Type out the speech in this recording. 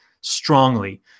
strongly